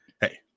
hey